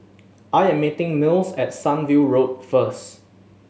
I am meeting Mills at Sunview Road first